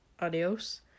Adios